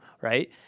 right